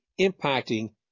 impacting